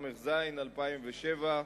התשס"ז 2007,